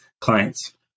clients